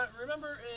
remember